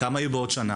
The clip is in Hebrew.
כמה יהיו בעוד שנה?